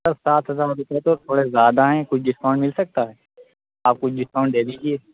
سر سات ہزار تو تھوڑے زیادہ ہیں کچھ ڈسکاؤنٹ مل سکتا ہے آپ کچھ ڈسکاؤنٹ دے دیجیے